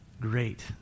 great